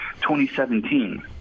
2017